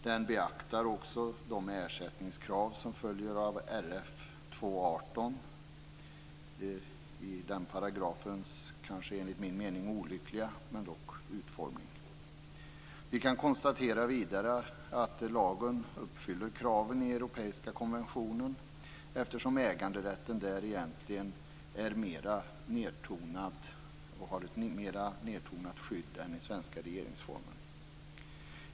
Den beaktar också de ersättningskrav som följer av 2 kap. 18 § regeringsformen i dess paragrafs, enligt min mening, olyckliga men dock utformning. Vi kan vidare konstatera att lagen uppfyller kraven i europeiska konventionen, eftersom äganderätten där egentligen är mer nedtonad och har ett mer nedtonat skydd än i den svenska regeringsformen.